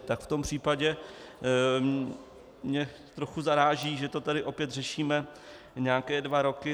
Tak v tom případě mě trochu zaráží, že to tady opět řešíme nějaké dva roky.